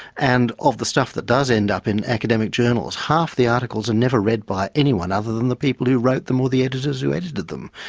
and of the stuff that does end up in academic journals, half the articles are and never read by anyone other than the people who wrote them, or the editors who edited them.